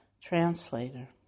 translator